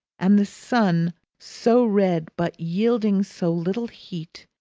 and the sun, so red but yielding so little heat,